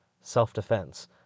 self-defense